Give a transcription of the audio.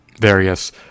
various